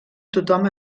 tothom